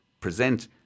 present